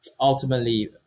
ultimately